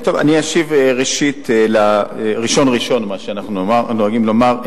אני אשיב ראשון-ראשון, כפי שאנחנו נוהגים לומר.